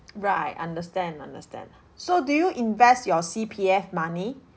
right understand understand so do you invest your C_P_F money